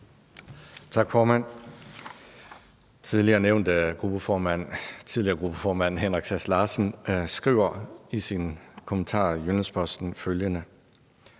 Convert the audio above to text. Tak, formand. Tidligere gruppeformand Henrik Sass Larsen skriver i sin kommentar i Jyllands-Posten følgende: